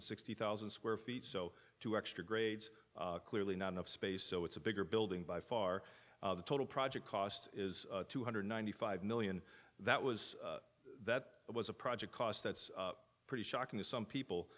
sixty thousand square feet so two extra grades clearly not enough space so it's a bigger building by far the total project cost is two hundred ninety five million that was that it was a project cost that's pretty shocking to some people